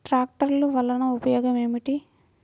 ట్రాక్టర్లు వల్లన ఉపయోగం ఏమిటీ?